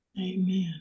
Amen